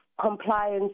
compliance